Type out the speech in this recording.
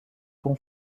qu’on